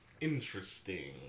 Interesting